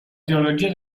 trilogia